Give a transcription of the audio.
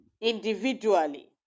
individually